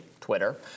Twitter